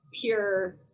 pure